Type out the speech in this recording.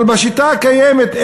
אבל בשיטה הקיימת,